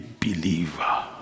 believer